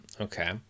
Okay